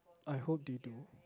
I hope they do